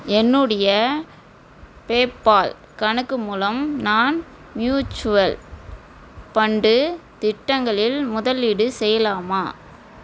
என்னுடைய பேப்பால் கணக்கு மூலம் நான் ம்யூச்சுவல் பண்டு திட்டங்களில் முதலீடு செய்யலாமா